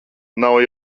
nav